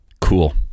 cool